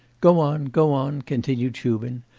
go on, go on continued shubin,